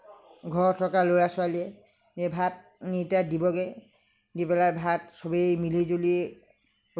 ঘৰত থকা ল'ৰা ছোৱালীয়ে ভাত নি তাত দিবগৈ দি পেলাই ভাত চবেই মিলি জুলি